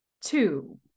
two